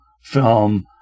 film